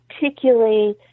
particularly